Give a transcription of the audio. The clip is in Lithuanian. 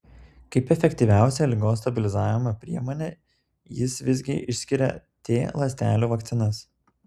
kaip efektyviausią ligos stabilizavimo priemonę jis visgi išskiria t ląstelių vakcinas